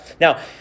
Now